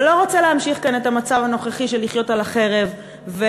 ולא רוצה להמשיך כאן את המצב הנוכחי של לחיות על החרב וכיבוש.